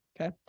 okay